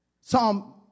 Psalm